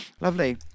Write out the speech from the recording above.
lovely